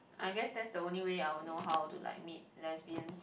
I guess that's the only way I will know how to like meet lesbians